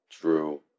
true